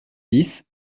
dix